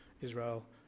Israel